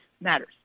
matters